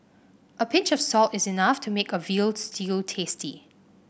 a pinch of salt is enough to make a veal stew tasty